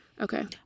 okay